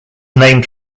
named